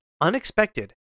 unexpected